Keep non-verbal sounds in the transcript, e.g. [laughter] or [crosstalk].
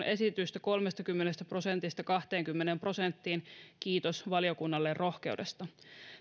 [unintelligible] esitystä kolmestakymmenestä prosentista kahteenkymmeneen prosenttiin kiitos valiokunnalle rohkeudesta